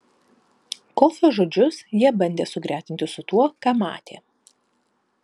kofio žodžius jie bandė sugretinti su tuo ką matė